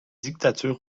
dictature